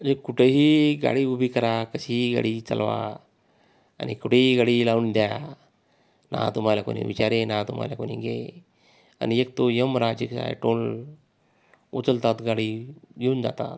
एक कुठेही गाडी उभी करा कशीही गाडी चालवा आणि कुठेही गाडी लावून द्या ना तुम्हाला कोणी विचारे ना तुम्हाला कोणी गे आणि येक तो यमराज जिथे आहे टोल उचलतात गाडी घेऊन जातात